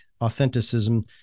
authenticism